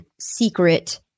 Secret